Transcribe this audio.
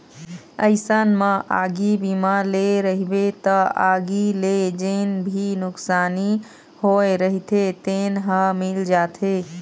अइसन म आगी बीमा ले रहिबे त आगी ले जेन भी नुकसानी होय रहिथे तेन ह मिल जाथे